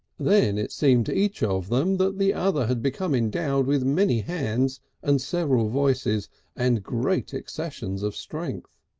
then it seemed to each of them that the other had become endowed with many hands and several voices and great accessions of strength.